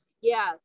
Yes